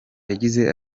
yagize